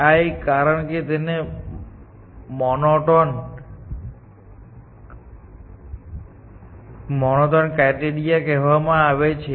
આ એક કારણ છે કે તેને મોનોટન ક્રાયટેરીયા કહેવામાં આવે છે